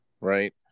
right